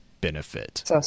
benefit